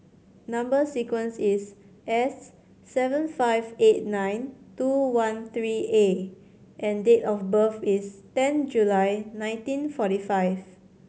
number sequence is S seven five eight nine two one three A and date of birth is ten July nineteen forty five